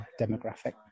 demographic